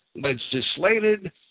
legislated